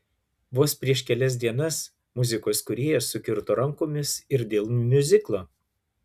vos prieš kelias dienas muzikos kūrėjas sukirto rankomis ir dėl miuziklo